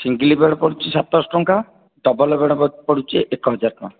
single bed ପଡ଼ୁଛି ସାତ ଶହ ଟଙ୍କା ଡବଲ୍ ବେଡ଼୍ ପ ପଡ଼ୁଛି ଏକ ହଜାର ଟଙ୍କା